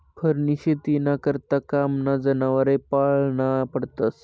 फरनी शेतीना करता कामना जनावरे पाळना पडतस